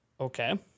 Okay